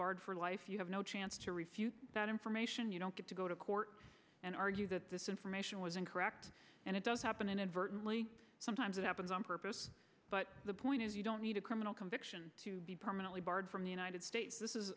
barred for life you have no chance to refute that information you don't get to go to court and argue that this information was incorrect and it does happen inadvertently sometimes it happens on purpose but the point is you don't need a criminal conviction to be permanently barred from the united states